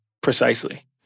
Precisely